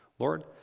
Lord